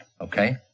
okay